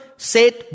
said